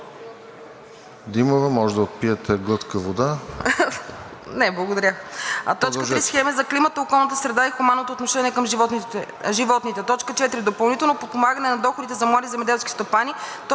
Димова, може да отпиете глътка вода. ДОКЛАДЧИК ИРЕНА ДИМОВА: 3. схеми за климата, околната среда и хуманното отношение към животните; 4. допълнително подпомагане на доходите за млади земеделски стопани; 5.